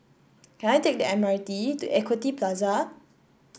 can I take the M R T to Equity Plaza